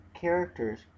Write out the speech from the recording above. characters